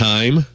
Time